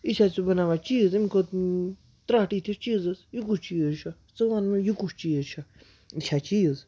یہِ چھا ژٕ بَناوان چیٖز امہِ کھۄتہٕ ترٛٹھ اِتھِس چیٖزَس یہِ کُس چیٖز چھُ ژٕ وَن مےٚ یہِ کُس چیٖز چھُ یہِ چھا چیٖز